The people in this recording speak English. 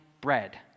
bread